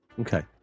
Okay